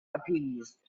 appeased